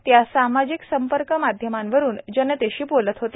ते आज सामाजिक सं र्क माध्यमांवरून जनतेशी बोलत होते